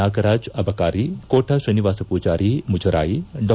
ನಾಗರಾಜ್ ಅಬಕಾರಿ ಕೋಟಾ ಶ್ರೀನಿವಾಸ ಪೂಜಾರಿ ಮುಜರಾಯಿ ಡಾ